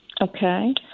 okay